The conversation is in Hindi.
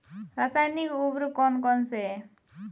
रासायनिक उर्वरक कौन कौनसे हैं?